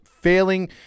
failing